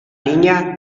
niña